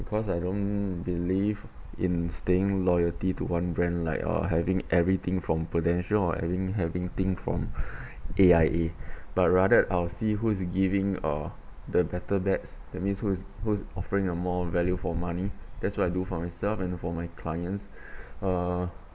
because I don't believe in staying loyalty to one brand like uh having everything from Prudential or having everything from A_I_A but rather I'll see who is giving uh the better decks that means who's who's offering a more value for money that's what I do for myself and for my clients uh